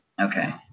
Okay